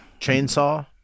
chainsaw